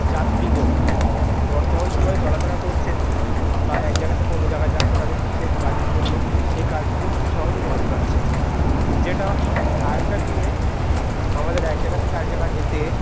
যাত্রীগণ বর্তমান সময়ে চলাফেরা করছে বা এক জায়গা থেকে অন্য জায়গায় যাচ্ছে তাদের বিশেষ কাজের জন্য সে কাজগুলো খুব সহজে মেটাতে পারছে যেটা আগেরকার দিনে আমাদের এক জায়গা থেকে আরেক জায়গা যেতে